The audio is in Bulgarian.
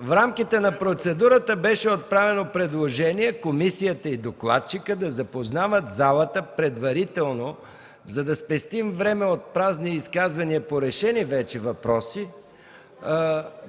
В рамките на процедура беше отправено предложение комисията и докладчикът да запознават залата предварително, за да спестим време от празни изказвания по решени вече въпроси,